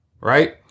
Right